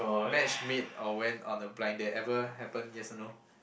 matchmade or went on a blind date ever happen yes or no